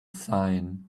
sign